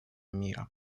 мира